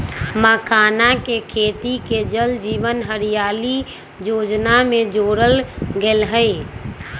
मखानके खेती के जल जीवन हरियाली जोजना में जोरल गेल हई